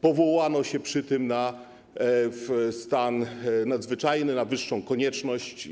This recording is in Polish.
Powołano się przy tym na stan nadzwyczajny, na wyższą konieczność.